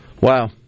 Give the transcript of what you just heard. Wow